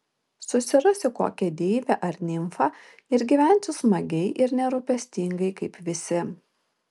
susirasiu kokią deivę ar nimfą ir gyvensiu smagiai ir nerūpestingai kaip visi